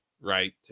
Right